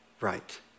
right